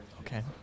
Okay